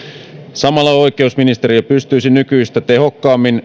samalla oikeusministeriö pystyisi nykyistä tehokkaammin